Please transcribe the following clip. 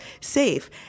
safe